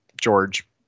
George